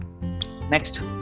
next